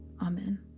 Amen